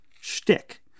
shtick